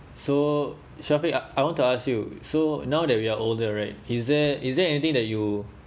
so syaffiq I I want to ask you so now that we are older right is there is there anything that you